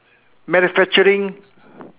manufacturing